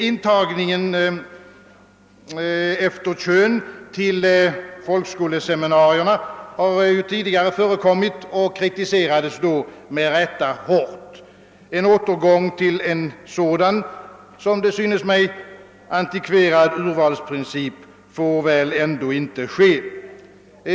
Intagning efter kön till folkskollärarseminarierna har tidigare förekommit och kritiserades då med rätta hårt. En återgång till en sådan, som det synes mig, antikverad urvalsprincip får väl ändå inte ske.